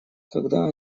когда